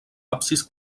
absis